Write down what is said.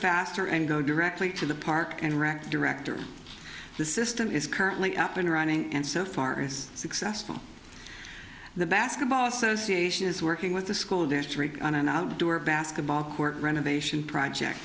faster and go directly to the park and rec director the system is currently up and running and so far is successful the basketball association is working with the school district on an outdoor basketball court renovation project